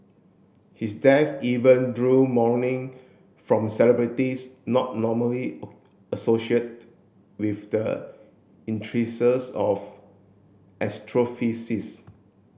his death even drew mourning from celebrities not normally associate with the of astrophysics